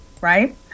right